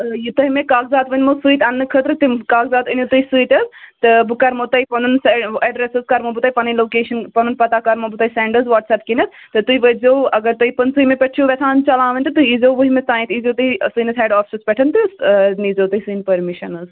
یہِ تۄہہِ مےٚ کاغذات ؤنۍمو سۭتۍ اَنٛنہٕ خٲطرٕ تِم کاغذات أنِو تُہۍ سۭتۍ حظ تہٕ بہٕ کَرمو تۄہہِ پَنُن سُہ اٮ۪ڈرٮ۪س حظ کَرمو بہٕ تۄہہِ پَنٕنۍ لوکیشَن پَنُن پَتہ کَرمو بہٕ تۄہہِ سٮ۪نٛڈ حظ وَٹسیپ کِنٮ۪تھ تہٕ تُہۍ وٲتۍزیو اگر تۄہہِ پٕنٛژہٲیمہِ پٮ۪ٹھ چھُو یَژھان چَلاوٕنۍ تہٕ تُہۍ ییٖزیو وُہِمہِ تانٮ۪تھ ییٖزیو تُہۍ سٲنِس ہٮ۪ڈ آفِسَس پٮ۪ٹھ تہٕ نیٖزیو تُہۍ سٲنۍ پٔرمِشَن حظ